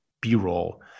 B-roll